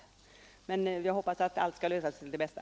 Jag hoppas att allt skall lösa sig till det bästa.